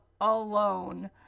alone